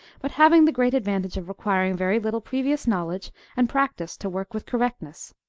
but having the great advantage of requiring very little previous knowledge and practice to work with correctness.